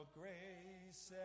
grace